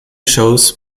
shows